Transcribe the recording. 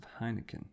Heineken